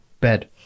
bed